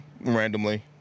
Randomly